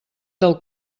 del